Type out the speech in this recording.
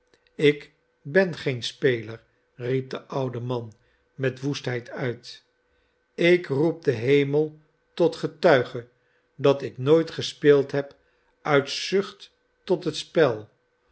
ik ben geen speler riep de oude man met woestheid uit ik roep den hemel tot getuige dat ik nooit gespeeld heb uit zucht tot het spel